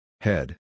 Head